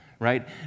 Right